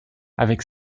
avec